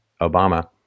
Obama